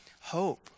hope